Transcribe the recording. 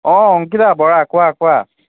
অঁ অংকিতা বৰা কোৱা কোৱা